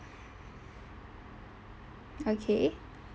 okay